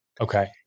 Okay